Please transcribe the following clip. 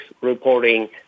reporting